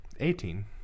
Eighteen